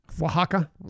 Oaxaca